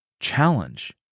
challenge